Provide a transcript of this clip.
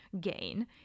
gain